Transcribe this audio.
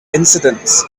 incidents